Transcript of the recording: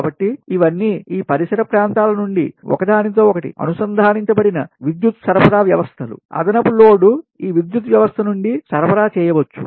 కాబట్టి ఇవన్నీ ఈ పరిసర ప్రాంతాల నుండి ఒకదానితో ఒకటి అనుసంధానించబడిన విద్యుత్ సరఫరా వ్యవస్థలు అదనపు లోడ్ ఈ విద్యుత్ వ్యవస్థ నుండి సరఫరా చేయవచ్చు